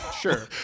Sure